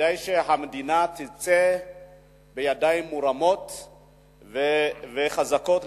כדי שהמדינה תצא בידיים מורמות וחזקות.